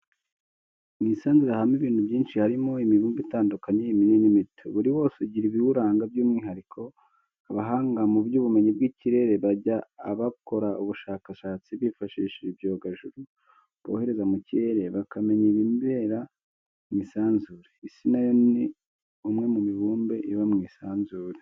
Mu isanzure habamo ibintu byinshi harimo imibumbe itandukanye, iminini n'imito, buri wose ugira ibiwuranga by'umwihariko abahanga mu by'ubumenyi bw'ikirere bajya abakora ubushakashatsi bifashishije ibyogajuru, bohereza mu kirere bakamenya ibibera mu isanzure, Isi na yo ni umwe mu mibumbe iba mu isanzure.